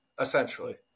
essentially